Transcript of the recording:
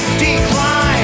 decline